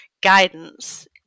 guidance